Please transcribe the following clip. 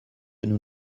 nous